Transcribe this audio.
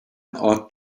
ought